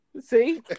See